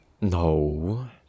No